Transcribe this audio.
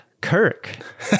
Kirk